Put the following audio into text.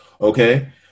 okay